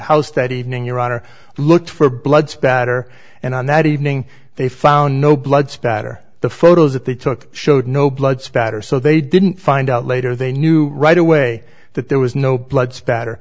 house that evening your honor looked for blood spatter and on that evening they found no blood spatter the photos that they took showed no blood spatter so they didn't find out later they knew right away that there was no blood spatter